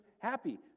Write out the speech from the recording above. happy